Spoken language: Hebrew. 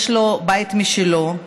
יש לו בית משלו.